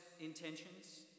intentions